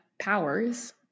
powers